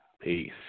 Peace